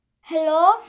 Hello